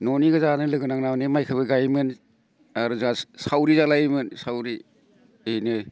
न'नि गोजानो लोगो नांना माइखौबो गायोमोन आरो जोंहा सावरि जालायोमोन सावरि ओरैनो